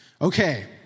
Okay